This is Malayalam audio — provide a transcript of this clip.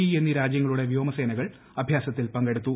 ഇ എന്നീ രാജ്യങ്ങളുടെ വ്യോമസേനകൾ അഭ്യാസത്തിൽ പങ്കെടുത്തു